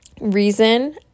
reason